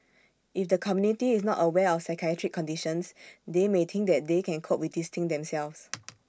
if the community is not aware of psychiatric conditions they may think that they can cope with these things themselves